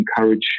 encourage